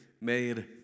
made